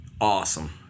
awesome